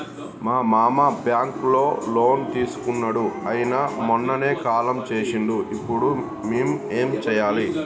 మా మామ బ్యాంక్ లో లోన్ తీసుకున్నడు అయిన మొన్ననే కాలం చేసిండు ఇప్పుడు మేం ఏం చేయాలి?